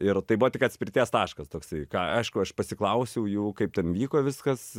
ir tai buvo tik atspirties taškas toksai ką aišku aš pasiklausiau jų kaip ten vyko viskas